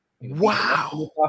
Wow